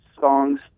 songs